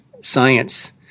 science